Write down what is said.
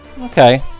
Okay